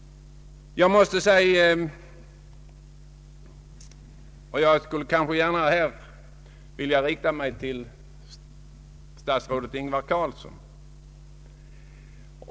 Jag skulle här gärna vilja vända mig till statsrådet Ingvar Carlsson.